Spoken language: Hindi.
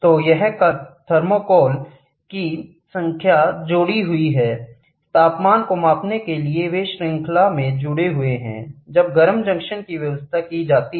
तो यह थर्मोकॉल की संख्या जुड़ी हुई है तापमान को मापने के लिए वे श्रृंखला में जुड़े हुए हैं जहां गर्म जंक्शन की व्यवस्था की जाती है